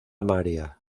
maria